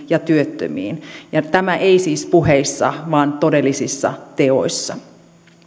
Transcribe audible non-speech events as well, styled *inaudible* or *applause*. *unintelligible* ja työttömiin ja tämä ei siis puheissa vaan todellisissa teoissa